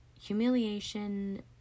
humiliation